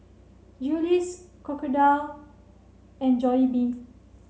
Julie's Crocodile and Jollibee